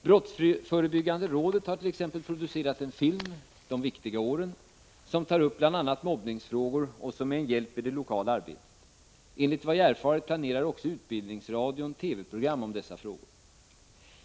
Brottsförebyggande rådet har t.ex. producerat en film, ”De viktiga åren”, som tar upp bl.a. mobbningsfrågor och som är en hjälp i det lokala arbetet. Enligt vad jag erfarit planerar också Utbildningsradion TV-program om dessa frågor.